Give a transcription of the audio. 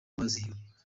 bizihiwe